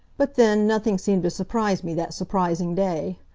but then, nothing seemed to surprise me that surprising day.